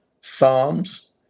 Psalms